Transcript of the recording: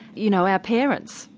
you know, our parents?